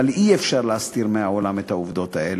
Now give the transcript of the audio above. אבל אי-אפשר להסתיר מהעולם את העובדות האלה.